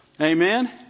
Amen